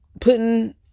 putting